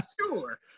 Sure